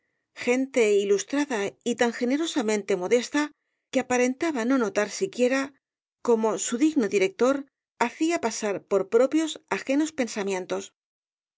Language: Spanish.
gente ilustrada y tan generosamente modesta que aparentaba no notar siquiera cómo su digno director hacía pasar por propios ajenos pensamientos